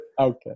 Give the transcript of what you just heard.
Okay